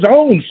own